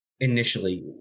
Initially